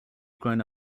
grown